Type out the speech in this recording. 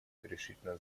решительно